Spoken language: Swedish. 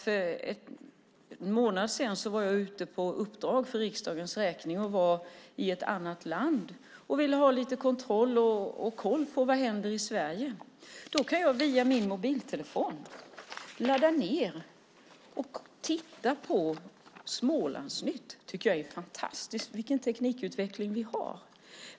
För en månad sedan var jag ute på uppdrag för riksdagens räkning i ett annat land. Jag ville då ha lite kontroll och koll på vad som hände i Sverige. Då kunde jag via min mobiltelefon ladda ned och titta på Smålandsnytt . Det tycker jag är fantastiskt. Vilken teknikutveckling vi har!